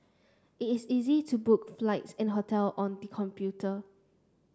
it is easy to book flights and hotel on computer